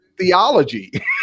theology